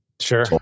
sure